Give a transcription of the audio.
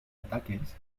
ataques